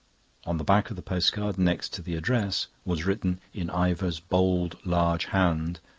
on the back of the postcard, next to the address, was written, in ivor's bold, large hand,